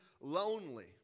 lonely